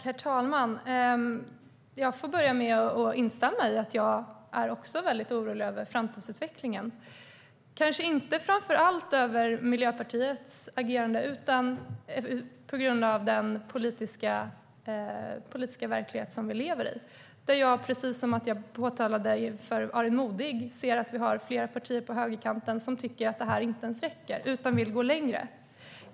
Herr talman! Jag får börja med att instämma, för jag är också orolig över framtidsutvecklingen. Framför allt är jag kanske inte oroad på grund av Miljöpartiets agerande utan på grund av den politiska verklighet som vi lever i. Precis som jag påpekade för Aron Modig ser jag att vi har flera partier på högerkanten som tycker att det här inte räcker utan vill gå längre.